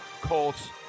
Colts